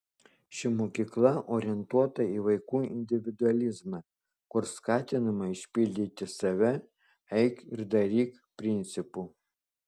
ši mokykla orientuota į vaikų individualizmą kur skatinama išpildyti save eik ir daryk principu